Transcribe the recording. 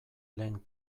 lehen